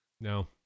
No